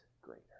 greater